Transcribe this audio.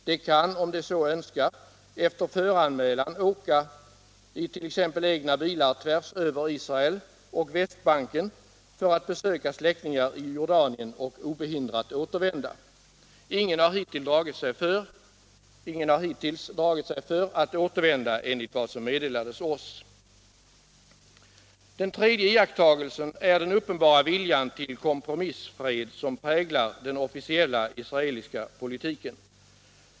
De kan — om de så önskar — efter föranmälan åka i t.ex. egna bilar tvärsöver Israel och västbanken för att besöka släktingar i Jordanien och obehindrat återvända. Ingen har hittil!s dragit sig för att återvända, enligt vad som meddelades oss. Den tredje iakttagelsen är den uppenbara vilja till kompromissfred som präglar den officiella israeliska politiken.